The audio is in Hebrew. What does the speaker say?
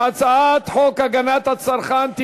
חוק איסור הפליה במוצרים,